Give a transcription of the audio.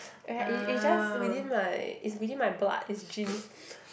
it it just within my it's within my blood it's genes